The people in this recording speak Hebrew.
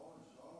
שעון, שעון.